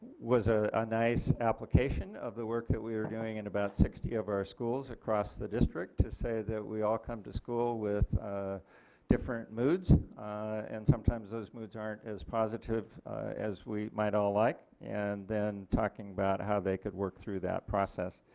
was a ah nice application of the work that we are doing in and about sixty of our schools across the district to say that we all come to school with different moods and sometimes those moods aren't as positive as we might all like and then talking about how they could work through that process.